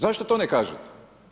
Zašto to ne kažete?